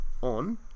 on